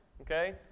okay